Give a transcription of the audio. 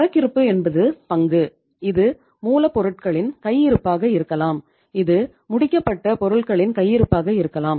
சரக்கிறுப்பு என்பது பங்கு இது மூலப்பொருட்களின் கையிருப்பாக இருக்கலாம் இது முடிக்கப்பட்ட பொருட்களின் கையிருப்பாக இருக்கலாம்